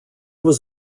was